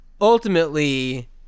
Ultimately